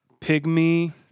pygmy